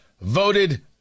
voted